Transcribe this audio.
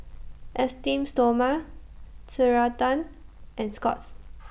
Esteem Stoma Ceradan and Scott's